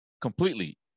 completely